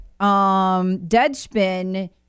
Deadspin